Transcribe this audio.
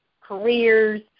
careers